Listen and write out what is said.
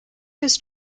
his